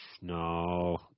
no